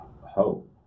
hope